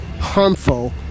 harmful